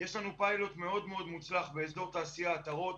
יש לנו פיילוט מאוד מאוד מוצלח באזור התעשייה עטרות,